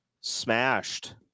smashed